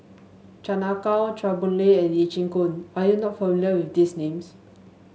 Chan Ah Kow Chua Boon Lay and Lee Chin Koon are you not familiar with these names